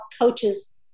coaches